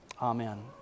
Amen